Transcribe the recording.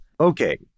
Okay